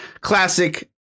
classic